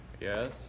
Yes